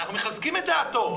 אנחנו מחזקים את דעתו.